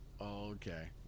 Okay